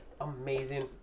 amazing